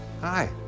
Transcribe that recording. hi